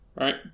right